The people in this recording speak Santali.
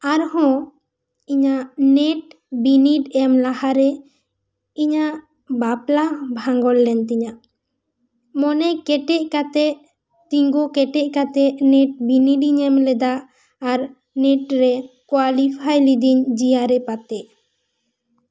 ᱟᱨ ᱦᱚᱸ ᱤᱧᱟ ᱜ ᱱᱮᱴ ᱵᱤᱱᱤᱰ ᱮᱢ ᱞᱟᱦᱟ ᱨᱮ ᱤᱧᱟᱹᱜ ᱵᱟᱯᱞᱟ ᱵᱷᱟᱝᱜᱚᱞ ᱞᱮᱱ ᱛᱤᱧᱟᱹ ᱢᱚᱱᱮ ᱠᱮᱴᱮᱡ ᱠᱟᱛᱮᱜ ᱛᱤᱸᱜᱩ ᱠᱮᱴᱮᱡ ᱠᱟᱛᱮᱜ ᱱᱮᱴ ᱵᱤᱱᱤᱰ ᱤᱧ ᱮᱢ ᱞᱮᱫᱟ ᱟᱨ ᱱᱮᱴ ᱨᱮ ᱠᱚᱣᱟᱞᱤᱯᱷᱟᱭᱤᱝ ᱞᱤᱫᱤᱧ ᱡᱮ ᱟᱨ ᱮᱯᱷ ᱟᱛᱮᱜ